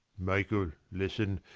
michael, listen.